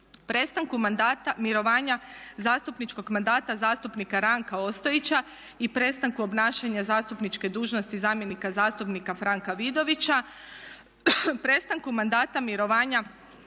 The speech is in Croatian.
mandata mirovanja zastupničkog mandata zastupnika Ranka Ostojića i prestanku obnašanja zastupničke dužnosti zamjenika zastupnika Franka Vidovića. Prestanku mandata mirovanja